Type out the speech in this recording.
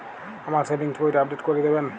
আমার সেভিংস বইটা আপডেট করে দেবেন?